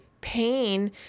pain